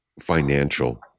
financial